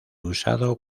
usado